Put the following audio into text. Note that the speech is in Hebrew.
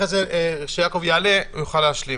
ואחרי זה כשיעקב יעלה הוא יוכל להשלים.